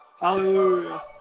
Hallelujah